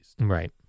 Right